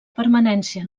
permanència